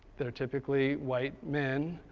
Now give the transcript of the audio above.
they're typically white men,